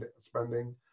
spending